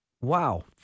wow